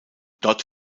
dort